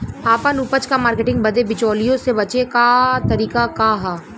आपन उपज क मार्केटिंग बदे बिचौलियों से बचे क तरीका का ह?